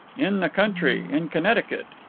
in the country. in connecticut.